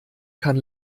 kann